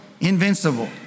invincible